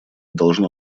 должно